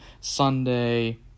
Sunday